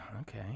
okay